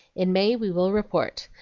in may we will report.